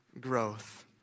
growth